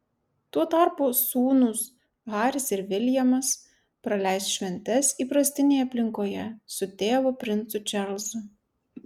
tuo tarpu sūnūs haris ir viljamas praleis šventes įprastinėje aplinkoje su tėvu princu čarlzu